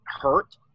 hurt